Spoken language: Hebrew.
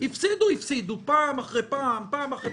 הפסידו לגמרי, פעם אחרי פעם, פעם אחרי פעם.